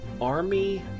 Army